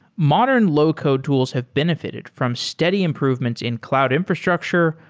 modern low-code tools have benefi ted from steady improvements in cloud infrastructure,